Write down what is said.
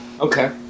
okay